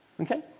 Okay